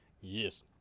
Yes